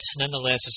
nonetheless